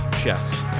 chess